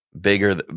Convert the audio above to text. bigger